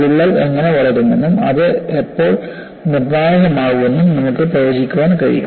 വിള്ളൽ എങ്ങനെ വളരുമെന്നും അത് എപ്പോൾ നിർണായകമാകുമെന്നും നമുക്ക് പ്രവചിക്കാൻ കഴിയും